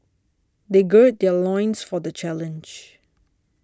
they gird their loins for the challenge